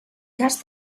cas